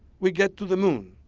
we get to the moon.